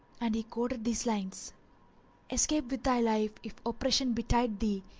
and he quoted these lines escape with thy life, if oppression betide thee,